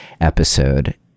episode